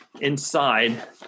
inside